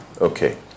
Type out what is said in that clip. Okay